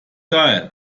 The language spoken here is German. geil